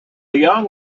young